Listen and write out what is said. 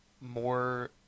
more